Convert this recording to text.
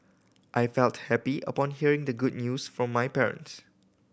I felt happy upon hearing the good news from my parents